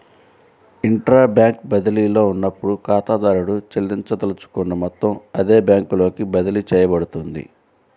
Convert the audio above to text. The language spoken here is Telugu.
ఇంట్రా బ్యాంక్ బదిలీలో ఉన్నప్పుడు, ఖాతాదారుడు చెల్లించదలుచుకున్న మొత్తం అదే బ్యాంకులోకి బదిలీ చేయబడుతుంది